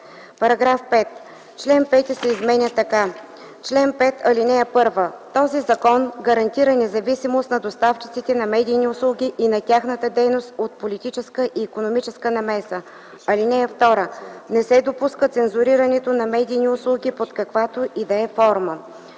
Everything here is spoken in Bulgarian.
§ 5: „§ 5. Член 5 се изменя така: „Чл. 5.(1) Този закон гарантира независимост на доставчиците на медийни услуги и на тяхната дейност от политическа и икономическа намеса. (2) Не се допуска цензурирането на медийни услуги под каквато и да е форма.